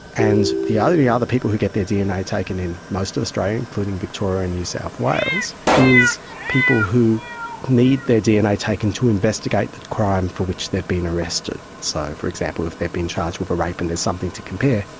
and the only yeah other people who get their dna taken in most of australia, including victoria and new south wales, is people who need their dna taken to investigate the crime for which they have been arrested. so, for example, if they have been charged with rape and there's something to compare,